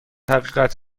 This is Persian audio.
حقیقت